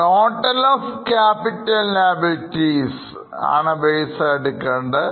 total of capital liabilities ആണ് ബൈസായി എടുക്കേണ്ടത്